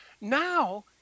now